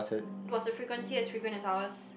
was the frequency as frequent as ours